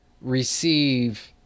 receive